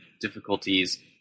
difficulties